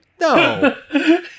No